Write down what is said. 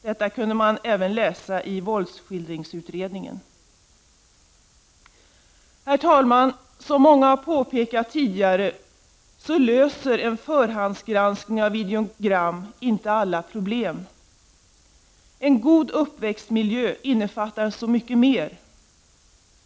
Detta kunde man även läsa om i våldsskildringsutredningen. Herr talman! Som många har påpekat tidigare löser inte en förhandsgranskning av videogram alla problem. En god uppväxtmiljö innefattar så mycket mer.